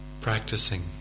practicing